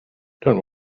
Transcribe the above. don’t